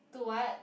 to what